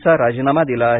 चा राजीनामा दिला आहे